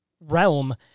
realm